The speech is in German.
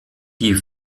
die